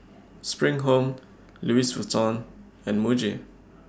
SPRING Home Louis Vuitton and Muji